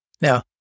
Now